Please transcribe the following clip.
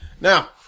Now